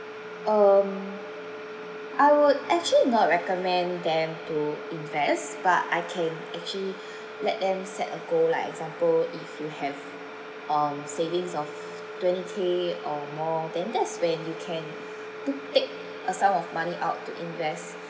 um I would actually not recommend them to invest but I can actually let them set a goal like example if you have um savings of twenty K or more then that's when you can took take a sum of money out to invest